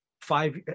five